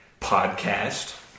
podcast